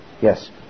Yes